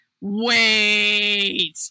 wait